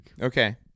Okay